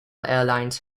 airlines